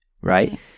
Right